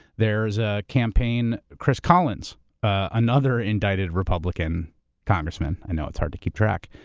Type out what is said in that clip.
there's a campaign, chris collins another indicted republican congressman, i know it's hard to keep track.